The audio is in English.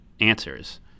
answers